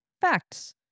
facts